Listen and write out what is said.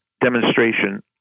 demonstration